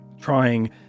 trying